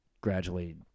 gradually